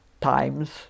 Times